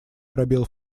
пробел